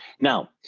now,